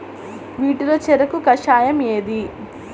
వీటిలో చెరకు కషాయం ఏది?